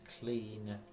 clean